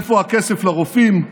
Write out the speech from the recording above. איפה הכסף לרופאים?